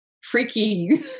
freaky